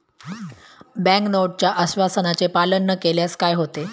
Bank नोटच्या आश्वासनाचे पालन न केल्यास काय होते?